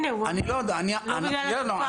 הנה, הוא אמר, לא רק בגלל התופעה.